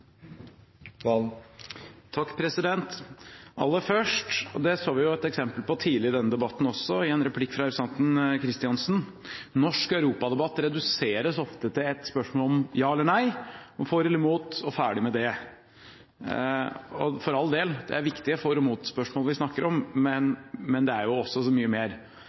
Norsk europadebatt reduseres ofte til et spørsmål om ja eller nei, om for eller mot, og ferdig med det. For all del – det er viktige for- og mot-spørsmål vi snakker om, men det er jo også så mye mer.